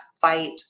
fight